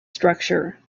structure